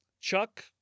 Chuck